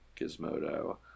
gizmodo